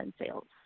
sales